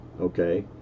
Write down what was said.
Okay